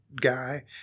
guy